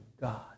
God